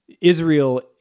Israel